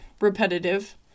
Repetitive